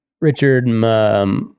Richard